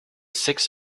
six